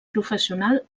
professional